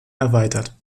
erweitert